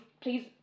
Please